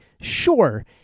Sure